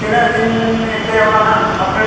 ᱛᱤᱱᱟᱹᱜ ᱫᱤᱱ ᱮᱱᱛᱮᱫ ᱚᱱᱟ ᱱᱟᱦᱟᱜ